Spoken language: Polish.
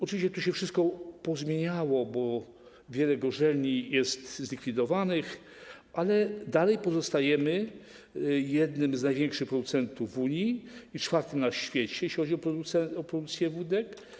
Oczywiście tu się wszystko pozmieniało, bo wiele gorzelni zostało zlikwidowanych, ale dalej pozostajemy jednym z największych producentów w Unii i czwartym na świecie, jeżeli chodzi o produkcję wódek.